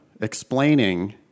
explaining